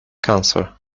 cancer